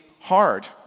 hard